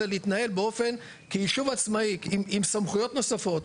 להתנהל כיישוב עצמאי עם סמכויות נוספות.